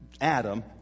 Adam